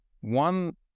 one